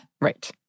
Right